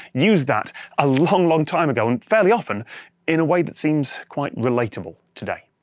used that a long, long time ago and fairly often in a way that seems quite relatable today.